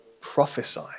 prophesy